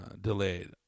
delayed